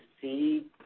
see